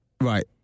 Right